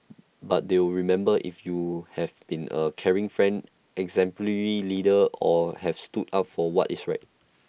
but they'll remember if you have been A caring friend exemplary leader or have stood up for what is right